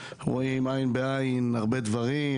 שאנחנו רואים עין ועין בהרבה דברים,